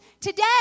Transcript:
today